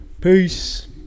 peace